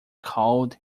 called